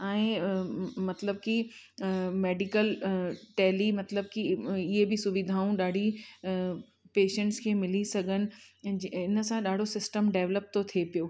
ऐं मतिलब कि मैडिकल टैली मतिलब कि ईअं बि सुविधाऊं ॾाढी पेशंट्स खे मिली सघनि ऐं जे इन सां ॾाढो सिस्टम डेव्लप थो थिए पियो